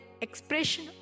expression